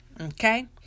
Okay